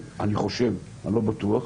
אני חושב, אני לא בטוח.